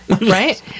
right